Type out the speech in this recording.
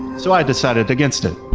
so i decided against it.